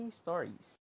stories